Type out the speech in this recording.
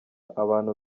abantu